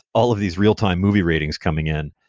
all of these real time movie ratings coming in.